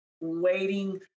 waiting